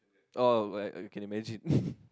oh like I can imagine